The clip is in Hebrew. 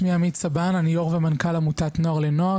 אני יושב ראש ומנכ"ל עמותת נוער לנוער,